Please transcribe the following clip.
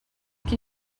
can